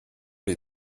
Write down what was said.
les